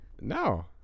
No